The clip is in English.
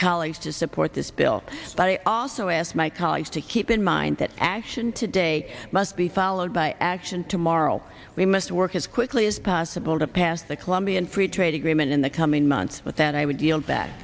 colleagues to support this bill but i also ask my colleagues to keep in mind that action today must be followed by action tomorrow we must work as quickly as possible to pass the colombian free trade agreement in the coming months but that i would yield back